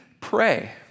pray